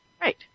Right